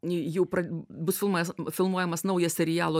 jaupra bus filmas filmuojamas naujas serialo